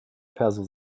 perso